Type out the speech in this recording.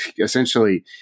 essentially